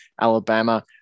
Alabama